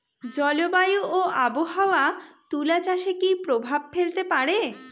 জলবায়ু ও আবহাওয়া তুলা চাষে কি প্রভাব ফেলতে পারে?